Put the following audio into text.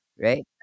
right